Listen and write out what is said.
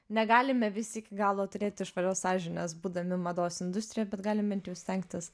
negalime visi iki galo turėti švarios sąžinės būdami mados industrijoj bet galime bent jau stengtis